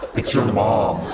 it's your and mom.